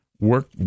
work